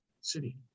city